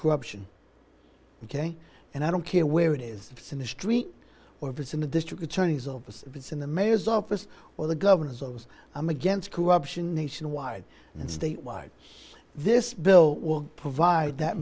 corruption ok and i don't care where it is it's in the street or if it's in the district attorney's office if it's in the mayor's office or the governor's office i'm against corruption nationwide and state wide this bill will provide that